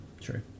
true